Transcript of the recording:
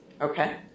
Okay